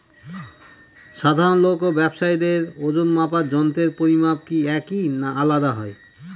সাধারণ লোক ও ব্যাবসায়ীদের ওজনমাপার যন্ত্রের পরিমাপ কি একই না আলাদা হয়?